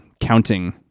counting